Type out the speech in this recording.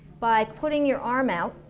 by putting your arm out